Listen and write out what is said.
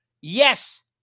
yes